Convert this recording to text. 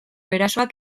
erasoak